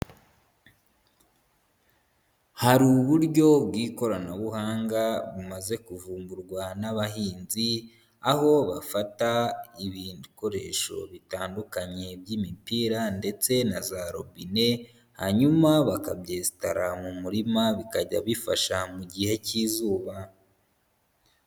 Hari uburyo bw'ikoranabuhanga bumaze kuvumburwa n'abahinzi, aho bafata ibikoresho bitandukanye by'imipira ndetse na za robine, hanyuma bakabyesitara mu murima, bikajya bifasha mu gihe cy'izuba.